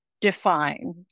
define